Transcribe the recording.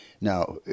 Now